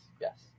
yes